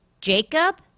Jacob